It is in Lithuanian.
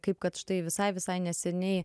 kaip kad štai visai visai neseniai